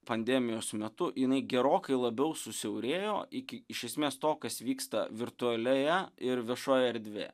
pandemijos metu jinai gerokai labiau susiaurėjo iki iš esmės to kas vyksta virtualioje ir viešojoje erdvėje